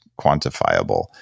quantifiable